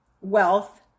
wealth